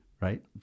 right